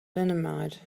dynamite